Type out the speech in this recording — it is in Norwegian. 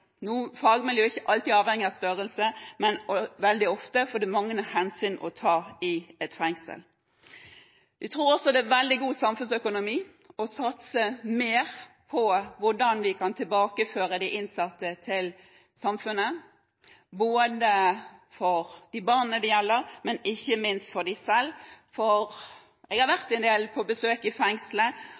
er ikke alltid avhengig av størrelse, men veldig ofte, for det er mange hensyn å ta i et fengsel. Jeg tror også det er veldig god samfunnsøkonomi å satse mer på hvordan vi kan tilbakeføre de innsatte til samfunnet, både for de barna det gjelder, og ikke minst for dem selv. Jeg har vært en del på besøk i